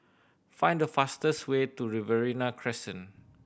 find the fastest way to Riverina Crescent